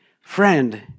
Friend